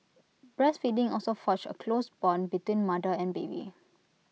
breastfeeding also forges A close Bond between mother and baby